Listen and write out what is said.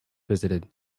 visited